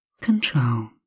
control